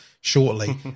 shortly